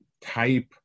type